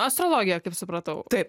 astrologija kaip supratau taip